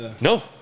No